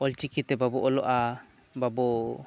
ᱚᱞ ᱪᱤᱠᱤ ᱛᱮ ᱵᱟᱵᱚ ᱚᱞᱚᱜᱼᱟ ᱵᱟᱵᱚ